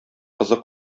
кызы